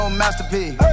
masterpiece